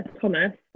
Thomas